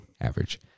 average